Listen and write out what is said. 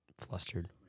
Flustered